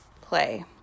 play